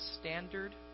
standard